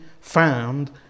found